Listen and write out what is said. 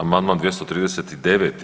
Amandman 239.